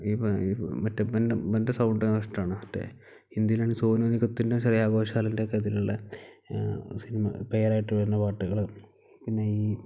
മറ്റേ സൗണ്ട് ഇഷ്ടമാണ് മറ്റേ ഹിന്ദിയിലാണെങ്കിൽ സോനു നിഗത്തിൻ്റെ ശ്രേയ ഘോഷാലിൻ്റെയൊക്കെ അതിലുള്ള സിനിമ പെയറായിട്ട് വരുന്ന പാട്ടുകൾ പിന്നെ ഈ